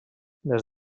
des